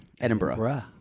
Edinburgh